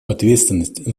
ответственность